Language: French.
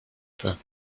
pas